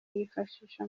yifashisha